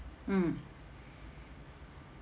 mm